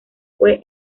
fue